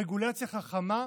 רגולציה חכמה,